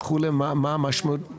מה המשמעות?